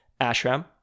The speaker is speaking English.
ashram